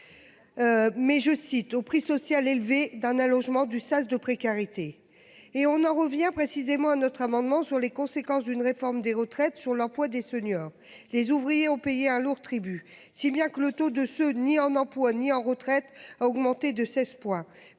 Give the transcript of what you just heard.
Mais je cite au prix social élevé d'un allongement du sas de précarité et on en revient précisément notre amendement sur les conséquences d'une réforme des retraites, sur l'emploi des seniors. Les ouvriers ont payé un lourd tribut. Si bien que le taux de ce ni en emploi, ni en retraite a augmenté de 16.